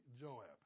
Joab